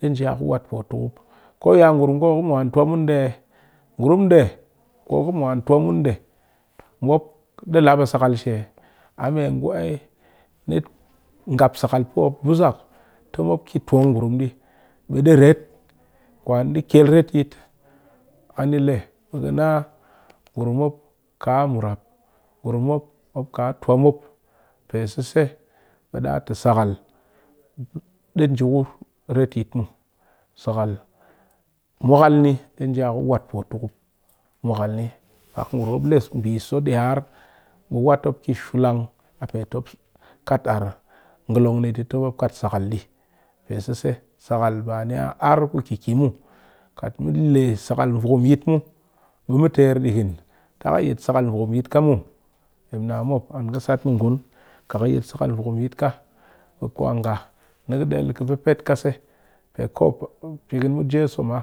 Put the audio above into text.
Ɗe nje a ku wat putukup ko ya ngurum ku mop mwan tuwa mun nde ngurum nde mop de lap a sakal she a me ngu eye ngap sakal pɨ mop buzak ti mop ki tuwa ngurum di bi di ret kwan ni di kyel retyit ani le ngurum mop kaa murap, ngurum mop ka tuwa mop pe sese da ti sakal di nje ku retyit muw sakal mwakal ni di nje a ku wat putukup pak ngurum mop le so diyar be wat mop ki sulang a pe ti mop kat ar ngolon ti mop kat sakal ba niya arr ku kiki muw kat mu le sakal vuwm yit mu be mu ter dighin ta ka yet sakal vwum yit ka muw emna mop kat yet sakal vwum yit be kwa nga ni kɨ del ka peet ka se pe pɨkin jeso ma